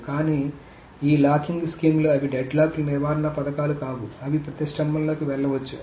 కానీ ఈ లాకింగ్ స్కీమ్లు అవి డెడ్లాక్ నివారణ పథకాలు కావు అవి ప్రతిష్టంభనలోకి వెళ్లవచ్చు